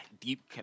deep